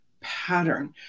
pattern